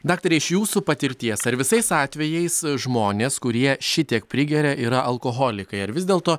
daktare iš jūsų patirties ar visais atvejais žmonės kurie šitiek prigeria yra alkoholikai ar vis dėlto